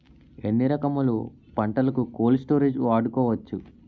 ఎన్ని రకములు పంటలకు కోల్డ్ స్టోరేజ్ వాడుకోవచ్చు?